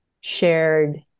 shared